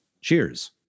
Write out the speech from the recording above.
Cheers